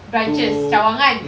branches cawangan